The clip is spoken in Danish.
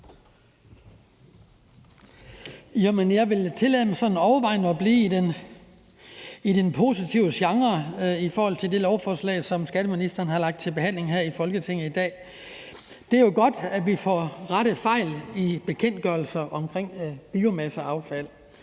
mig sådan overvejende at blive i den positive genre i forhold til det lovforslag, som skatteministeren her har fremsat til behandling i Folketinget i dag. Det er jo godt, at vi får rettet nogle fejl i bekendtgørelserne omkring biomasseaffald.